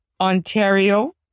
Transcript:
Ontario